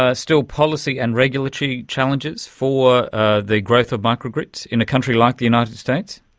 ah still policy and regulatory challenges for the growth of micro-grids in a country like the united states?